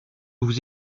vous